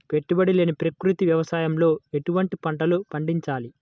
పెట్టుబడి లేని ప్రకృతి వ్యవసాయంలో ఎటువంటి పంటలు పండించాలి?